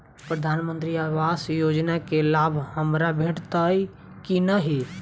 प्रधानमंत्री आवास योजना केँ लाभ हमरा भेटतय की नहि?